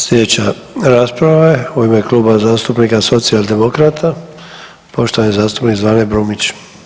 Sljedeća rasprava je u ime Kluba zastupnika Socijaldemokrata, poštovani zastupnik Zvane Brumnić.